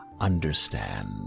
understand